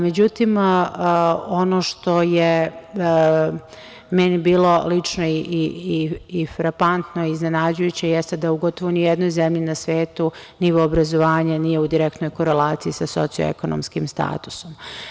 Međutim, ono što je meni bilo lično i frapantno i iznenađujuće jeste da gotovo ni u jednoj zemlji na svetu nivo obrazovanja nije u direktnoj koleraciji sa sociekonomskim statusom.